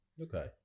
Okay